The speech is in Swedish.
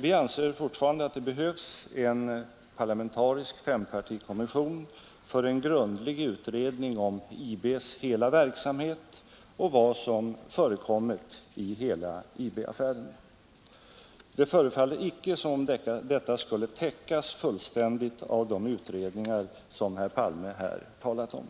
Vi anser fortfarande att det behövs en parlamentarisk fempartikommission för en grundlig utredning om IB:s hela verksamhet och vad som förekommit i hela IB-affären. Det förefaller icke som om detta skulle täckas fullständigt av de utredningar som herr Palme här talat om.